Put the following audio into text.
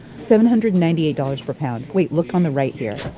seven hundred and ninety-eight dollars per pound. wait, look on the right here.